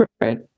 Right